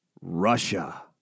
Russia